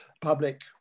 public